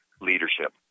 leadership